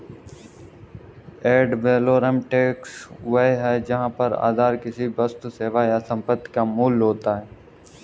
add valorem tax वह है जहां कर आधार किसी वस्तु, सेवा या संपत्ति का मूल्य होता है